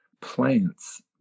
Plants